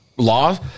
Law